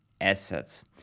assets